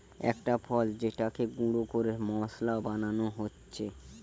একটা ফল যেটাকে গুঁড়ো করে মশলা বানানো হচ্ছে